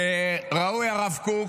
הרב קוק